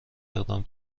اقدام